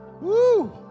Woo